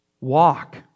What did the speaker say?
walk